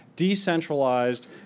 decentralized